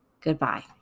Goodbye